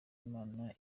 imana